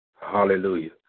Hallelujah